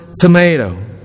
tomato